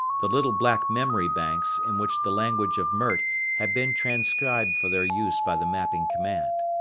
the little black memory banks in which the language of mert had been transcribed for their use by the mapping command.